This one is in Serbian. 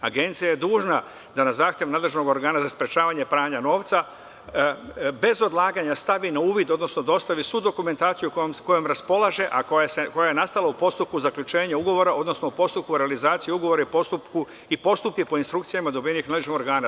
Agencija je dužna da na zahtev nadležnog Organa za sprečavanje pranja novca bez odlaganja stavi na uvid, odnosno dostavi svu dokumentaciju kojom raspolaže, a koja je nastala u postupku zaključenja ugovora, odnosno u postupku realizacije ugovora i postupke po instrukcijama dobijenih od nadležnog organa“